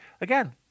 again